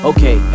Okay